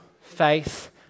faith